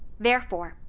therefore,